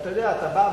כשאתה בא ומודיע